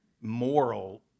moral